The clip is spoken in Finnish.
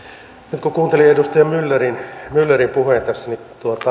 nyt kun kuuntelin edustaja myllerin myllerin puheen tässä niin